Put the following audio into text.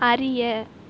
அறிய